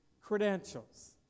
credentials